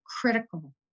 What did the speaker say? critical